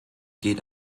geht